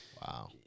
Wow